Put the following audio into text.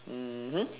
mmhmm